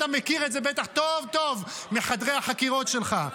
אתה בטח מכיר את זה טוב-טוב מחדרי החקירות שלך.